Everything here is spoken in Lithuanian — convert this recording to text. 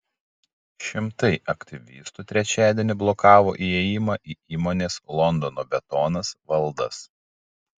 šimtai aktyvistų trečiadienį blokavo įėjimą į įmonės londono betonas valdas